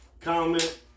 comment